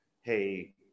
Hey